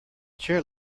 chair